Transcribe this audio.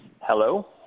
Hello